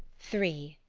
three.